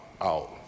out